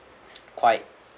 quite